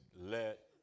let